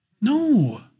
No